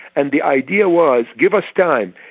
and the idea was give us time,